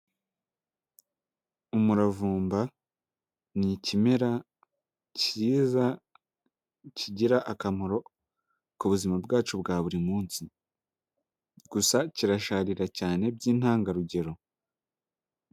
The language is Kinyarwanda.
Umuravumba, ni ikimera cyiza kigira akamaro ku buzima bwacu bwa buri munsi, gusa kirasharira cyane by'intangarugero.